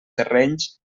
terrenys